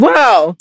Wow